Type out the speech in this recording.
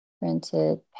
printed